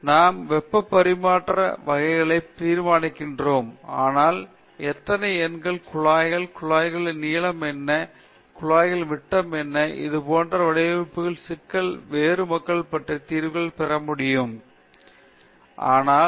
ஆனால் இப்போது நான் 100 கிலோவாட் வெப்பத்தை மாற்ற வேண்டும் நான் வெப்பப் பரிமாற்ற வகையைத் தீர்மானிக்கிறேன் ஆனால் எத்தனை எண்கள் குழாய்கள் குழாய்களின் நீளம் என்ன குழாயின் விட்டம் என்ன இது ஒரு வடிவமைப்பு சிக்கல் வேறு மக்கள் பல்வேறு தீர்வுகள் பெற முடியும் அது பரவாயில்லை